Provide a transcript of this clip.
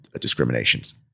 discriminations